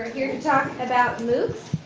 here to talk about moocs